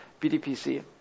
BDPC